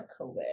COVID